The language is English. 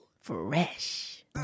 fresh